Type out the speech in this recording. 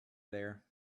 there